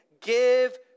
give